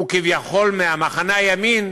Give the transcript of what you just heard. שהוא כביכול ממחנה הימין,